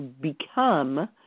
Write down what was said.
become